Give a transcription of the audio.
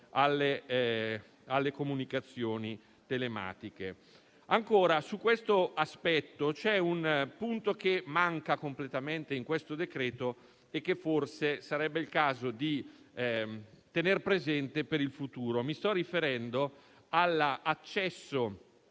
alle comunicazioni telematiche. A tale riguardo, c'è un punto che manca completamente in questo decreto-legge e che forse sarebbe il caso di tener presente per il futuro. Mi sto riferendo all'accesso